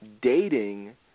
dating